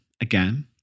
again